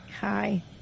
Hi